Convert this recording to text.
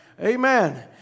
Amen